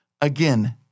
Again